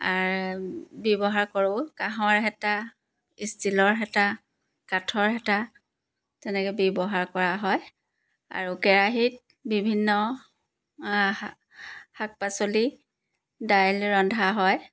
ব্যৱহাৰ কৰোঁ কাঁহৰ হেতা ষ্টিলৰ হেতা কাঠৰ হেতা তেনেকৈ ব্যৱহাৰ কৰা হয় আৰু কেৰাহিত বিভিন্ন শাক পাচলি দাইল ৰন্ধা হয়